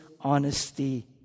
honesty